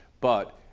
but,